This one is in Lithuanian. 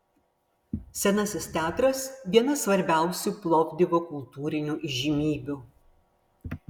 senasis teatras viena svarbiausių plovdivo kultūrinių įžymybių